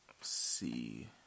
see